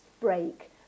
break